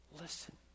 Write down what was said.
Listen